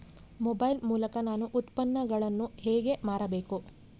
Mobile ಮೂಲಕ ನಾನು ಉತ್ಪನ್ನಗಳನ್ನು ಹೇಗೆ ಮಾರಬೇಕು?